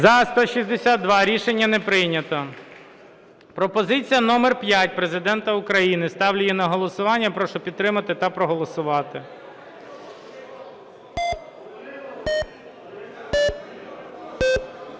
За-162 Рішення не прийнято. Пропозиція номер п'ять Президента України. Ставлю її на голосування. Прошу підтримати та проголосувати.